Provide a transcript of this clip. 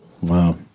Wow